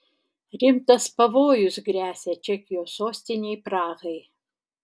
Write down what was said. rimtas pavojus gresia čekijos sostinei prahai